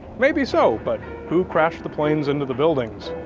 maybe so, but who crashed the planes into the buildings?